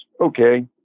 okay